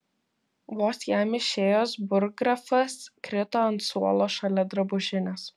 vos jam išėjus burggrafas krito ant suolo šalia drabužinės